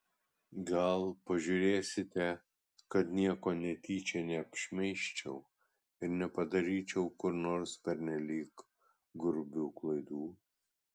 gal pažiūrėsite kad nieko netyčia neapšmeižčiau ir nepadaryčiau kur nors pernelyg grubių klaidų